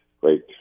great